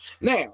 Now